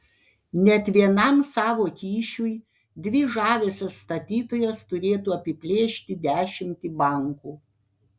net vienam savo kyšiui dvi žaviosios statytojos turėtų apiplėšti dešimtį bankų